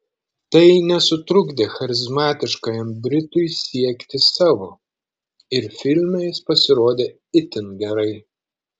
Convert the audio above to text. tai nesutrukdė charizmatiškajam britui siekti savo ir filme jis pasirodė itin gerai